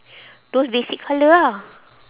those basic colour ah